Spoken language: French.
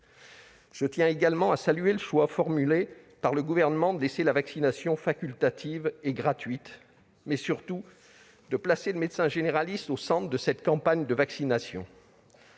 Je tiens également à saluer le choix annoncé par le Gouvernement de laisser la vaccination facultative et gratuite, mais surtout de placer le médecin généraliste au centre de cette campagne.